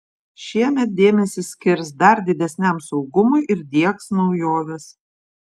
šiemet dėmesį skirs dar didesniam saugumui ir diegs naujoves